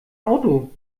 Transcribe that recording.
auto